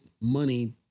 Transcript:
money